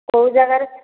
କେଉଁ ଜାଗାରେ